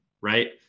right